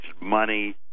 money